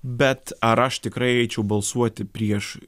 bet ar aš tikrai eičiau balsuoti prieš